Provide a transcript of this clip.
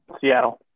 Seattle